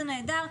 זה נהדר,